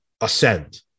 ascend